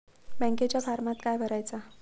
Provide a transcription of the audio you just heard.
बँकेच्या फारमात काय भरायचा?